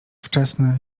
wczesny